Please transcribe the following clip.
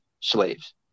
slaves